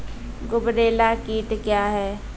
गुबरैला कीट क्या हैं?